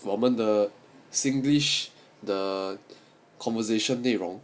我们的 singlish 的 conversation 内容